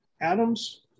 Adams